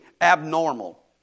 abnormal